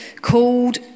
called